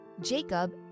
Jacob